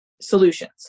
solutions